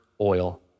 oil